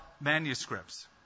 manuscripts